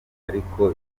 ariko